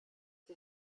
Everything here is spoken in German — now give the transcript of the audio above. sie